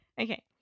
Okay